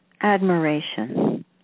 admiration